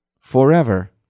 forever